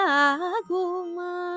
aguma